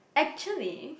actually